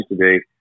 today